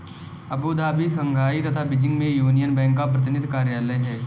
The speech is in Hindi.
अबू धाबी, शंघाई तथा बीजिंग में यूनियन बैंक का प्रतिनिधि कार्यालय है?